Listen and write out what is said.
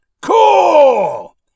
Cool